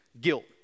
guilt